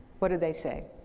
what do they say?